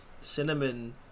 cinnamon